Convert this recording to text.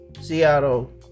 Seattle